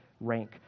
rank